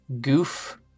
goof